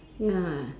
ya